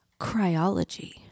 Cryology